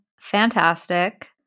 fantastic